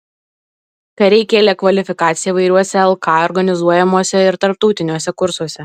kariai kėlė kvalifikaciją įvairiuose lk organizuojamuose ir tarptautiniuose kursuose